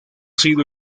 sido